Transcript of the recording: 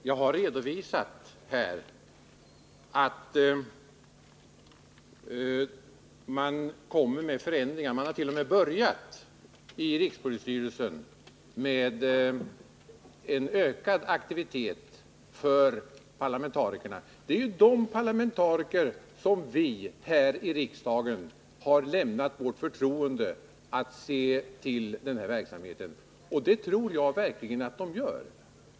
Fru talman! Jag har här redovisat att det kommer förändringar. Man har t.o.m. i rikspolisstyrelsen börjat med en ökad aktivitet för parlamentarikerna. Det är ju de parlamentarikerna som vi här i riksdagen har lämnat vårt förtroende att se till den här verksamheten, och det tror jag verkligen att de gör.